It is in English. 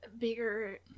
Bigger